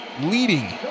leading